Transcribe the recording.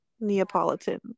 Neapolitan